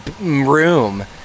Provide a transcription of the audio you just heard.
room